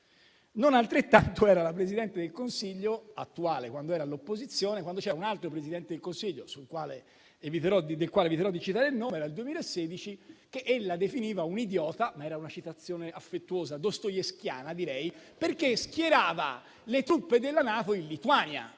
Non altrettanto lo era l'attuale Presidente del Consiglio, quando era all'opposizione e quando c'era un altro Presidente del Consiglio, del quale eviterò di citare il nome (era il 2016), che ella definiva un "idiota" (ma era una citazione affettuosa, dostoevskijana direi), perché schierava le truppe della NATO in Lituania.